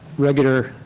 regular